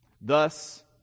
thus